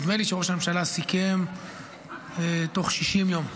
נדמה לי שראש הממשלה סיכם שבתוך 60 יום,